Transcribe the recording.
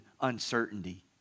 uncertainty